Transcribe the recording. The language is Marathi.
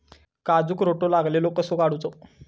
काजूक रोटो लागलेलो कसो काडूचो?